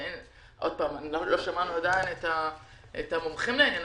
לא שמענו עדיין את המומחים לעניין,